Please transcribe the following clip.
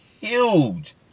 huge